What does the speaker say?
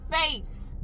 face